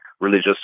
religious